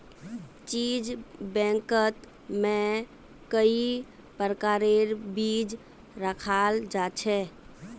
बीज बैंकत में कई प्रकारेर बीज रखाल जा छे